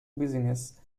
business